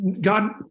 God